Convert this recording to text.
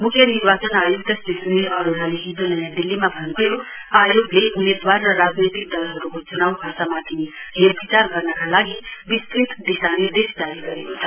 मुख्य निर्वाचन आयुक्त श्री सुनील अरोडाले हिजो नयाँ दिल्लीमा भन्नुभयो आयोगले उम्मेदवार र राजनैतिक दलहरुको चुनाउ खर्चमाथि हेरविचार गर्नका लागि विस्तृत दिशानिर्देश जारी गरेको छ